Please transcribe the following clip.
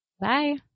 Bye